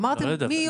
אמרתם מיולי.